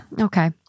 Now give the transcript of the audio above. Okay